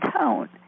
Tone